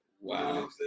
Wow